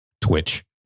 Twitch